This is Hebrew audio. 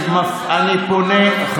אתה אומר, בושה.